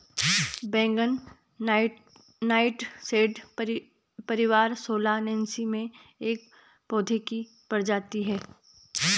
बैंगन नाइटशेड परिवार सोलानेसी में एक पौधे की प्रजाति है